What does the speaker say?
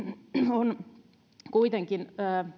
on kuitenkin